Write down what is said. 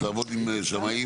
לעבוד עם שמאים.